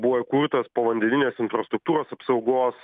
buvo įkurtas povandeninės infrastruktūros apsaugos